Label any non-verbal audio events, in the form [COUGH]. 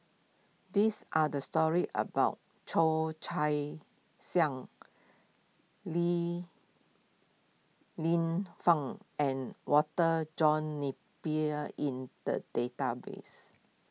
these are the stories about Cheo Chai [NOISE] [UNINTELLIGIBLE] Li Lienfung and Walter John Napier in the database